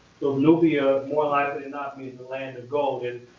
so nubia, more likely than not, means the land of gold. and